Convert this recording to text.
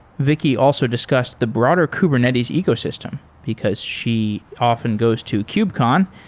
vicki also discussed the broader kubernetes ecosystem, because she often goes to kubcon,